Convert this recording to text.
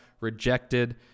rejected